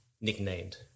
nicknamed